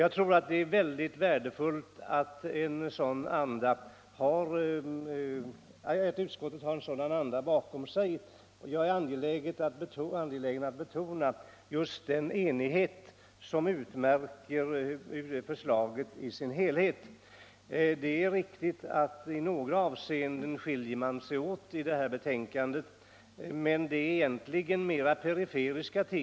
Jag tror att det är mycket värdefullt att utskottet varit genomsyrat av en sådan anda. Jag är angelägen om att betona den enighet som utmärker förslaget i dess helhet. Det är riktigt att utskottet i några avseenden skiljer sig åt i detta betänkande, men det gäller egentligen mera periferiska ting.